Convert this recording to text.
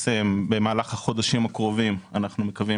במהלך החודשים הקרובים אנחנו מקווים